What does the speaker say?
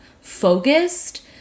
focused